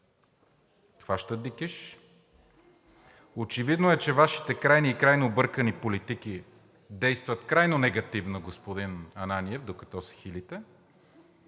хващат дикиш, очевидно е, че Вашите крайни и крайно объркани политики действат крайно негативно, господин Ананиев, докато се хилите,